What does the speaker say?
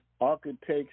Architects